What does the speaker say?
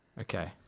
Okay